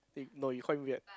eh no you called him weird